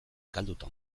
galduta